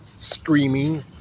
screaming